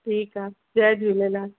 ठीकु आहे जय झूलेलाल